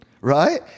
Right